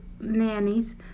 nannies